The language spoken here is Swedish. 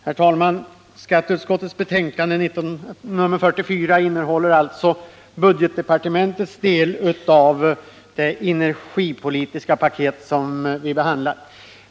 Herr talman! Skatteutskottets betänkande nr 44 innehåller budgetdepartementets del av det energipolitiska paket som vi nu behandlar.